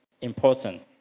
important